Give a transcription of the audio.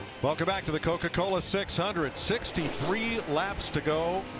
welcome back to the coca-cola six hundred. sixty three laps to go.